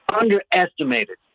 underestimated